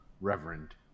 reverend